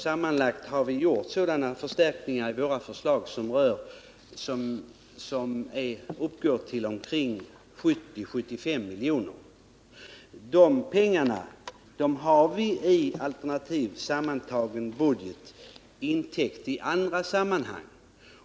Sammanlagt har vi gjort förstärkningar i våra förslag som uppgår till 70-75 milj.kr. De pengarna har vi i en alternativ, sammmantagen budget täckt in i andra sammanhang.